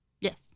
Yes